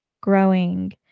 growing